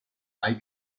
hay